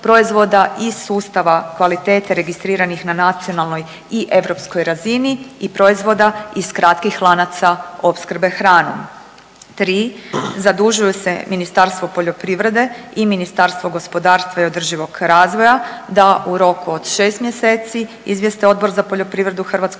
proizvoda iz sustava kvalitete registriranih na nacionalnoj i europskoj razini i proizvoda iz kratkih lanaca opskrbe hranom. Tri. Zadužuju se Ministarstvo poljoprivrede i Ministarstvo gospodarstva i održivog razvoja da u roku od šest mjeseci izvijeste Odbor za poljoprivredu Hrvatskog